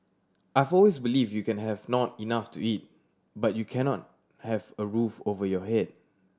I've always believed you can have not enough to eat but you cannot not have a roof over your head